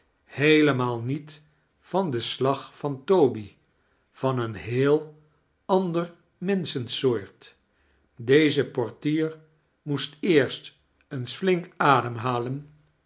heelemaal niet van den slag van toby van een heel ander mensohensoort deze portier moest eerst eens fhnk ademhalen